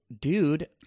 dude